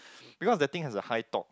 because that thing has a high torque